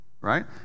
right